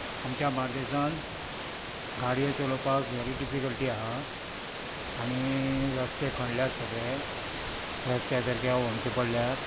आमच्या बार्देजांत गाडयो चलोवपाक वेरी डिफिकल्टी आहा आनी रस्ते खणल्यात सगळे रस्त्याक सारके होंडके पडल्यात